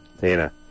Tina